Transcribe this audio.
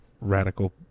radical